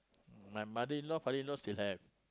my mother-in-law father-in-law still have